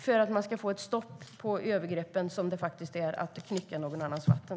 Det handlar om att få stopp på det övergrepp det faktiskt är att knycka någon annans vatten.